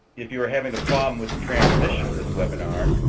if you are having a problem with the transmission of this webinar,